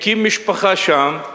הקים משפחה שם,